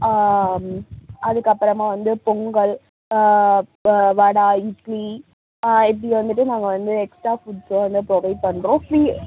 அதற்கப்பறமா வந்து பொங்கல் வடை இட்லி இப்படி வந்துவிட்டு நாங்கள் வந்து எக்ஸ்ட்டா ஃபுட்ஸ்ஸு வந்து ப்ரொவைட் பண்ணுறோம் ஃப்ரீ